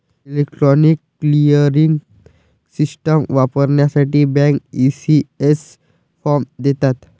electronic clearing system वापरण्यासाठी bank, ECS form देतात